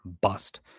bust